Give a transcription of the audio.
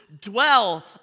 dwell